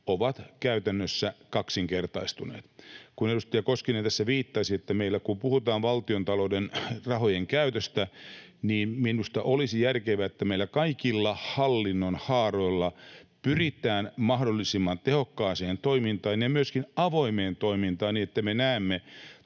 ovat käytännössä kaksinkertaistuneet. Kun edustaja Koskinen tässä viittasi, että meillä puhutaan valtiontalouden rahojen käytöstä, niin minusta olisi järkevää, että meillä kaikilla hallinnon haaroilla pyritään mahdollisimman tehokkaaseen toimintaan ja myöskin avoimeen toimintaan niin, että me näemme